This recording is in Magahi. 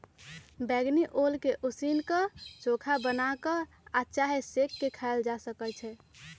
बइगनी ओल के उसीन क, चोखा बना कऽ चाहे सेंक के खायल जा सकइ छै